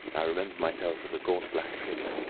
i remember myself as a gaunt black figure,